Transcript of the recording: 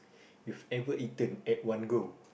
you have ever eaten at one go